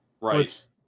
Right